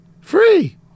free